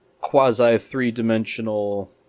quasi-three-dimensional